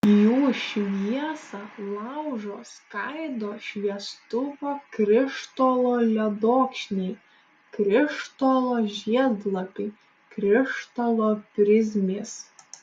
jų šviesą laužo skaido šviestuvo krištolo ledokšniai krištolo žiedlapiai krištolo prizmės